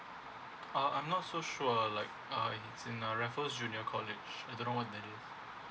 uh I'm not so sure like uh in singapore raffles junior college I don't know where there is